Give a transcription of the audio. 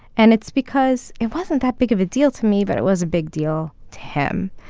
and it's because it wasn't that big of a deal to me, but it was a big deal to him.